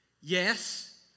Yes